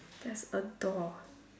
there's a door